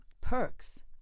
Perks